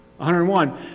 101